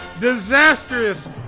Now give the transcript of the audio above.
disastrous